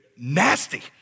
nasty